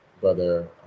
Brother